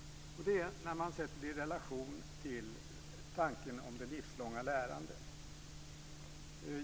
Det gäller relationen till tanken om det livslånga lärandet.